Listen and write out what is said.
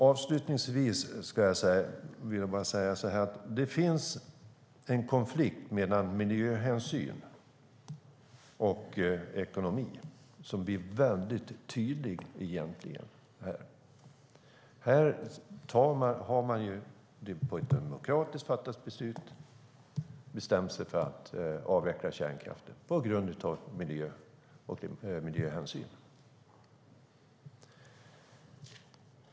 Avslutningsvis vill jag säga att en konflikt mellan miljöhänsyn och ekonomi blir tydlig här. Man har genom ett demokratiskt fattat beslut bestämt sig för att avveckla kärnkraften på grund av miljöhänsyn.